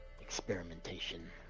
experimentation